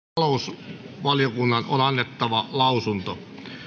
talousvaliokunnan on annettava lausunto